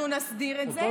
אנחנו נסדיר את זה.